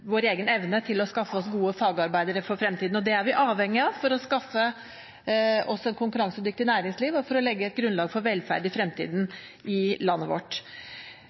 vår egen evne til å skaffe oss gode fagarbeidere for fremtiden. Det er vi avhengig av for å skaffe oss et konkurransedyktig næringsliv og for å legge et grunnlag for velferden i fremtiden i landet vårt.